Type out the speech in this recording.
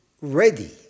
ready